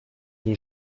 był